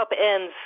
upends